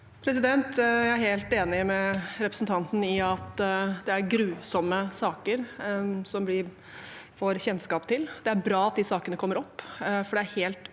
Jeg er helt enig med representanten i at det er grusomme saker som vi får kjennskap til. Det er bra at de sakene kommer opp, for det er helt